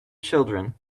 children